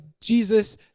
Jesus